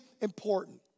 important